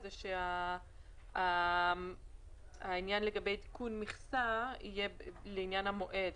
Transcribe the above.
זה שעניין תיקון המכסה יהיה לעניין המועד.